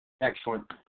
Excellent